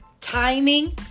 timing